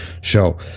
show